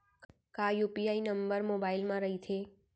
का UPI number mobile म रहिथे?